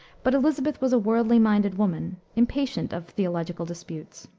but elisabeth was a worldly-minded woman, impatient of theological disputes.